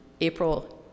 April